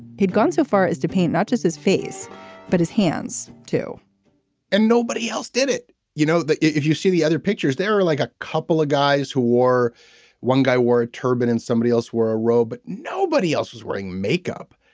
he'd gone so far as to paint not just his face but his hands too and nobody else did it you know that if you see the other pictures there are like a couple of guys who wore one guy wore a turban and somebody else wear a robe. but nobody else was wearing makeup.